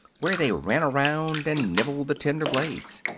where they ran around and nibbled the tender blades.